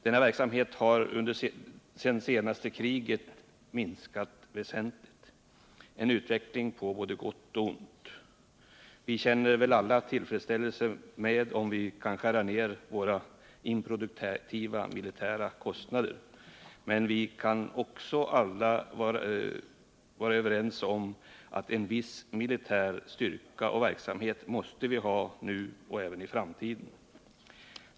Denna verksamhet har sedan senaste kriget minskat väsentligt — en utveckling på både gott och ont. Vi känner väl alla tillfredsställelse om vi kan skära ned de improduktiva militära kostnaderna, men vi kan också alla vara överens om att en viss militär styrka och verksamhet måste vi ha, nu och i framtiden.